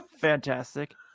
Fantastic